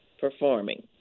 performing